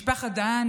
משפחת דהן,